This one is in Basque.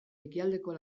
ekialdeko